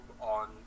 on